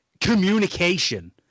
communication